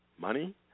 money